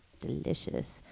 Delicious